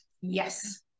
Yes